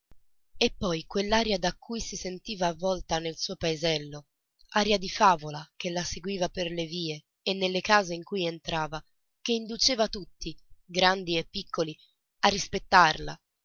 e poi quell'aria da cui si sentiva avvolta nel suo paesello aria di favola che la seguiva per le vie e nelle case in cui entrava che induceva tutti grandi e piccoli a rispettarla